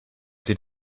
did